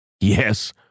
yes